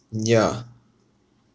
ya